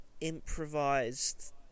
improvised